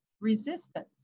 resistance